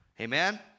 Amen